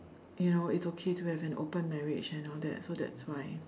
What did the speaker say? you know it's okay to have an open marriage and all that so that's why